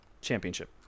championship